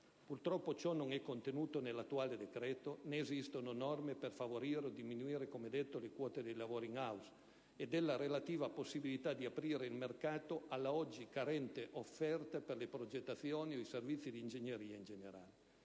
Purtroppo ciò non è contenuto nell'attuale decreto, né esistono norme per favorire o diminuire - come detto - le quote dei lavori *in house* e la relativa possibilità di aprire il mercato alla oggi carente offerta per le progettazioni o i servizi di ingegneria in generale.